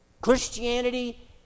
Christianity